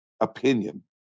opinion